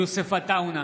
יוסף עטאונה,